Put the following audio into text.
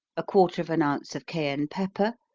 a quarter of an ounce of cayenne pepper,